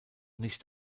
nicht